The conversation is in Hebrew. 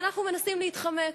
אנחנו מנסים להתחמק,